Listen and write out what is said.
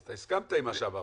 אז אתה הסכמת עם מה שאמרתי.